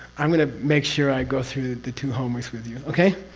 i'm going to make sure i go through the two homeworks with you. okay?